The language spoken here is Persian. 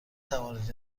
توانید